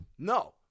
No